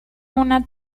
una